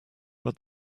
but